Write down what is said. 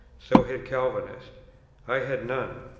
so had calvinists i had none.